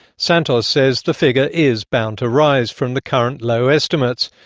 santos says the figure is bound to rise from the current low estimates,